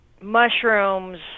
mushrooms